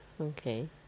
okay